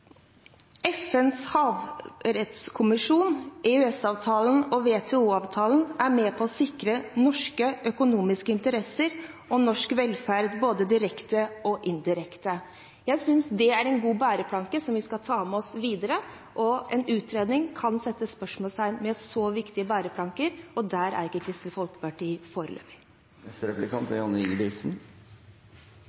FNs havrettskonvensjon, EØS-avtalen og WTO-avtalen er med på å sikre norske økonomiske interesser og norsk velferd, både direkte og indirekte. Jeg synes det er en god bæreplanke som vi kan ta med oss videre. En utredning kan sette spørsmålstegn ved så viktige bæreplanker, og der er ikke Kristelig Folkeparti